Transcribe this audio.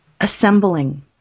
Assembling